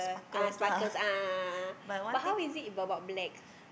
ah sparkles a'ah a'ah but how is it about black